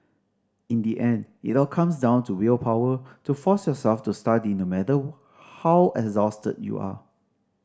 in the end it all comes down to willpower to force yourself to study no matter how exhausted you are